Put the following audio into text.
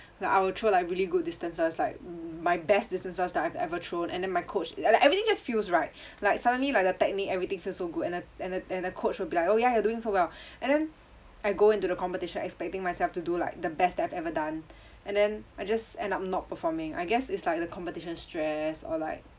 like I will throw like really good distances like m~ my best distances that I've ever thrown and then my coach like everything just feels right like suddenly like the technique everything feel so good and the and the and the coach will be like oh ya you're doing so well and then I go into the competition expecting myself to do like the best that I've ever done and then I just end up not performing I guess it's like the competition stress or like